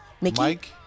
Mike